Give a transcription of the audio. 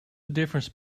difference